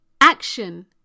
Action